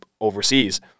overseas